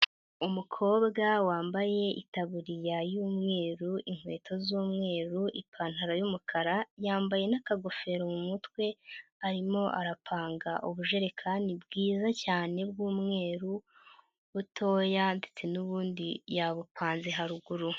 Umukobwa wambaye itabuririya y'umweru, inkweto z'umweru, ipantaro y'umukara, yambaye n'akagofero mu mutwe. Arimo arapanga ubujerekani bwiza cyane bw'umweru butoya ndetse n'ubundi yabupanze haruguru.